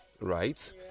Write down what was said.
right